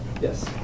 Yes